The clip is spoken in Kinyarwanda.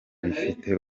bifite